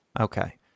Okay